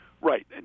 Right